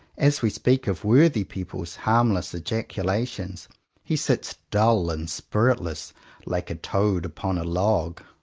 as we speak of worthy people's harmless ejaculations he sits dull and spiritless like a toad upon a log?